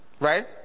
Right